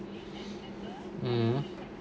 mmhmm